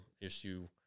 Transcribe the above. issue